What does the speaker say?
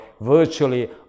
virtually